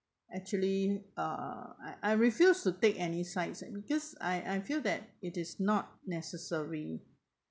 actually uh I I refuse to take any sides uh because I I feel that it is not necessary